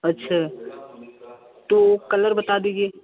अच्छा तो कलर बता दीजिए